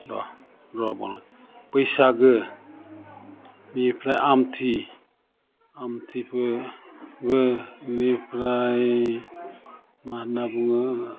र' र' बैसागो बिनिफ्राय आमथि आमथि फोरबो बिनिफ्राय मा होनना बुङो